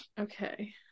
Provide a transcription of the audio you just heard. Okay